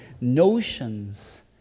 notions